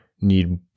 need